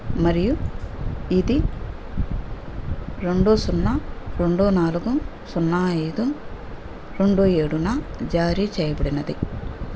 మరియు ఇది రెండు సున్నా రెండు నాలుగు సున్నా ఐదు రెండు ఏడున జారీ చేయబడినది